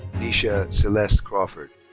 keneesha celeest crawford.